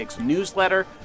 newsletter